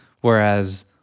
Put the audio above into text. whereas